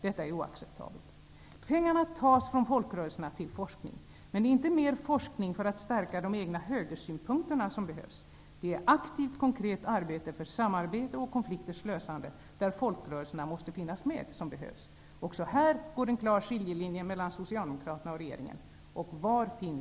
Detta är oacceptabelt. Pengarna tas från folkrörelserna till forskning. Men det är inte mer forskning för att stärka de egna högersynpunkterna som behövs, utan det är aktivt, konkret arbete för samarbete och konfliktlösande, där folkrörelserna måste finnas med, som behövs. Också här går en klar skiljelinje mellan